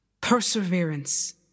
perseverance